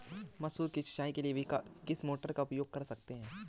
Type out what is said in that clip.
मसूर की सिंचाई के लिए किस मोटर का उपयोग कर सकते हैं?